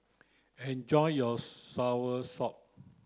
enjoy your Soursop